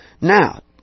Now